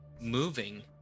moving